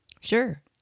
Sure